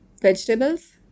Vegetables